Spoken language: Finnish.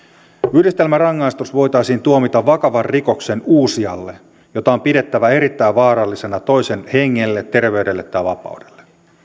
yhdistelmärangaistus voitaisiin tuomita vakavan rikoksen uusijalle jota on pidettävä erittäin vaarallisena toisen hengelle terveydelle tai vapaudelle